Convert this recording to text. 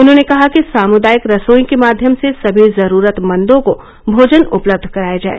उन्हॉने कहा कि सामुदायिक रसोई के माध्यम से सभी जरूरतमंदों को भोजन उपलब्ध कराया जाए